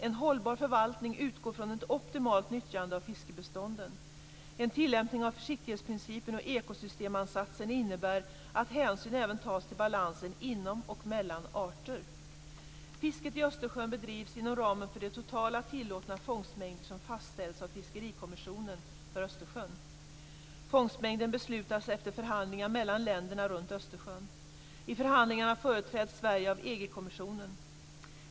En hållbar förvaltning utgår från ett optimalt nyttjande av fiskbestånden. En tillämpning av försiktighetsprincipen och ekosystemansatsen innebär att hänsyn även tas till balansen inom och mellan arter. Fisket i Östersjön bedrivs inom ramen för de totala tillåtna fångstmängder som fastställs av Fiskerikommissionen för Östersjön. Fångstmängderna beslutas efter förhandlingar mellan länderna runt Östersjön. I förhandlingarna företräds Sverige av EG kommissionen.